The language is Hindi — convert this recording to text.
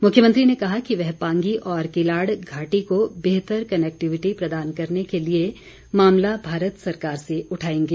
मुख्यमंत्री ने कहा कि वह पांगी और किलाड घाटी को बेहतर कनेकटीविटी प्रदान करने के लिए मामला भारत सरकार से उठाएंगे